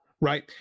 right